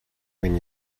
when